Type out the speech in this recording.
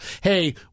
hey